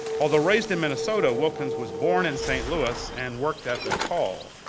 although raised in minnesota, wilkins was born in st. louis and worked at the call,